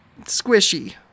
Squishy